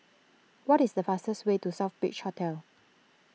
what is the fastest way to Southbridge Hotel